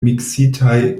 miksitaj